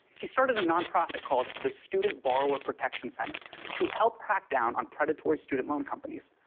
he started a nonprofit called the student borrower protection center to help crack down on predatory student loan companies.